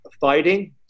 fighting